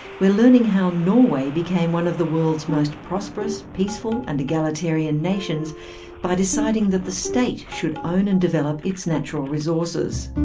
we're learning how norway became one of the world's most prosperous, peaceful and egalitarian nations by deciding that the state should own and develop its natural resources.